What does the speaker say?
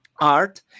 art